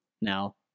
Now